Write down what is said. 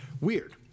Weird